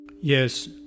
Yes